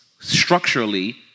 structurally